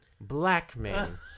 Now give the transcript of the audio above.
Blackman